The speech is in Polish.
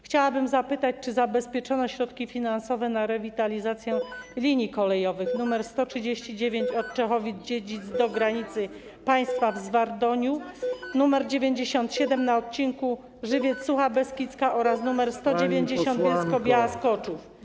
Chciałabym zapytać, czy zabezpieczono środki finansowe na rewitalizację linii kolejowych: nr 139 od Czechowic-Dziedzic do granicy państwa w Zwardoniu, nr 97 na odcinku Żywiec - Sucha Beskidzka oraz nr 190 na odcinku Bielsko-Biała - Skoczów.